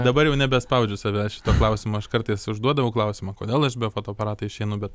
dabar jau nebe spaudžiu savęs šituo klausimu aš kartais užduodavau klausimą kodėl aš be fotoaparato išeinu bet